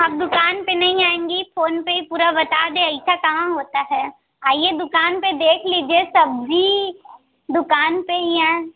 आप दुकान पर नहीं आएँगी फोन पर ही पूरा बता दें ऐसा कहाँ होता है आइए दुकान पर देख लीजिए सब्ज़ी दुकान पर ही हैं